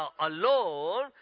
alone